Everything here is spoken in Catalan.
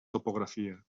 topografia